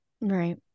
right